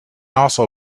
also